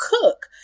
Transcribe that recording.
cook